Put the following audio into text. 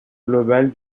globale